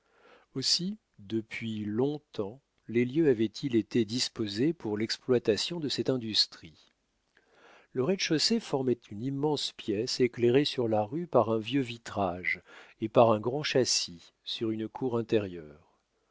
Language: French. aussi depuis long-temps les lieux avaient-ils été disposés pour l'exploitation de cette industrie le rez-de-chaussée formait une immense pièce éclairée sur la rue par un vieux vitrage et par un grand châssis sur une cour intérieure